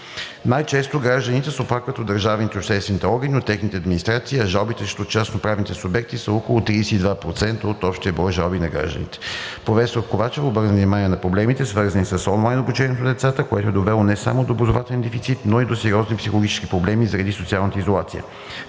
Най-често гражданите се оплакват от държавните и общинските органи и техните администрации, а жалбите срещу частноправните субекти са около 32% от общия брой жалби на гражданите. Професор Ковачева обърна внимание на проблемите, свързани с онлайн обучението на децата, което е довело не само до образователен дефицит, но и до сериозни психологически проблеми заради социалната изолация.